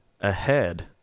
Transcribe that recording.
ahead